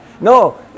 No